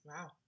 Wow